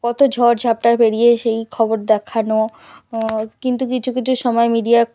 কত ঝড় ঝাপ্টা পেরিয়ে সেই খবর দেখানো কিন্তু কিছু কিছু সময় মিডিয়া